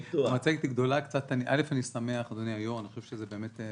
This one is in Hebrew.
ראשית, אני שמח, אדוני היו"ר, אני חושב שבפעם